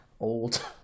old